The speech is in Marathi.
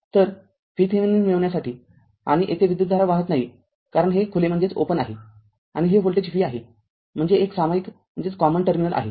तर r काय कॉल VThevenin मिळविण्यासाठी आणि येथे विद्युतधारा वाहत नाही कारण हे खुले आहे आणि हे व्होल्टेज V आहे म्हणजे हे एक सामायिक टर्मिनल आहे